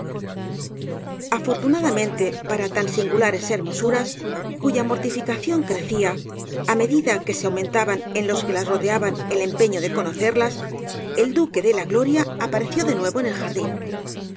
afortunadamente para tan singulares hermosuras cuya mortificación crecía á medida que se aumentaba en los que las rodeaban el empeño de conocerlas el duque de la gloria apareció de nuevo en el jardín